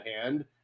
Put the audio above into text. hand